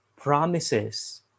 promises